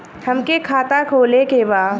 हमके खाता खोले के बा?